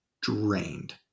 drained